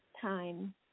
time